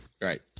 Right